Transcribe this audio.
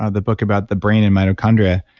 ah the book about the brain and mitochondria,